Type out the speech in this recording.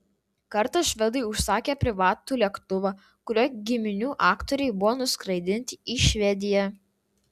kartą švedai užsakė privatų lėktuvą kuriuo giminių aktoriai buvo nuskraidinti į švediją